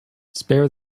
spare